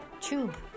tube